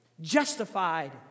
justified